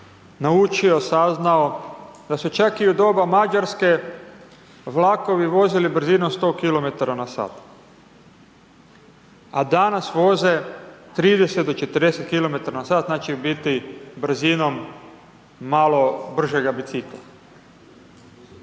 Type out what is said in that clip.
naučio, saznao da su čak i u doba Mađarske vlakovi vozili brzinom 100 km/h, a danas voze 30 do 40 km/h, znači, u biti brzinom malo bržega bicikla.